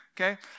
Okay